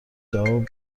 جواب